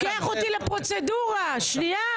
--- אבל רגע, אתה לוקח אותי לפרוצדורה, שנייה.